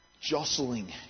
jostling